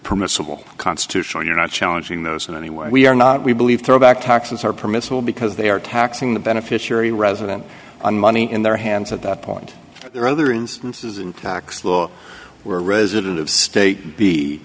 permissible constitutional you're not challenging those in any way we are not we believe throwback taxes are permissible because they are taxing the beneficiary resident on money in their hands at that point there are other instances in tax law where a resident of state